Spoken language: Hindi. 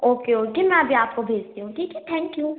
ओके ओके मैं अभी आपको भेजती हूँ ठीक है थैंक यू